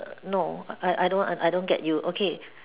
err no I I don't I don't get you okay